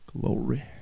Glory